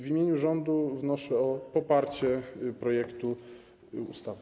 W imieniu rządu wnoszę o poparcie projektu ustawy.